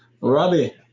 Robbie